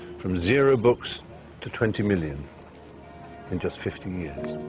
from zero books to twenty million in just fifty years.